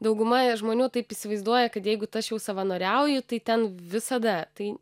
dauguma žmonių taip įsivaizduoja kad jeigu aš jau savanoriauju tai ten visada tai